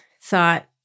thought